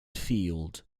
field